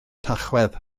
tachwedd